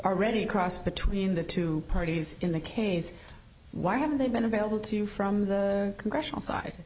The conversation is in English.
already crossed between the two parties in the case why haven't they been available to you from the congressional side